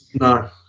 no